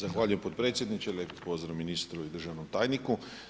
Zahvaljujem potpredsjedniče, pozdrav ministru i državnom tajniku.